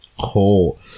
Cool